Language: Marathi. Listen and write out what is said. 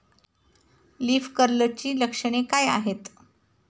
लीफ कर्लची लक्षणे काय आहेत?